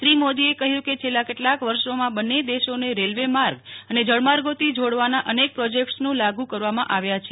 શ્રી મોદીએ કહ્યું કે છેલ્લા કેટલાક વર્ષોમાં બંને દેશોના રેલવે માર્ગ અને જળમાર્ગોથી જોડવાના અનેક પ્રોજેકટસ લાગુ કરવામાં આવ્યા છે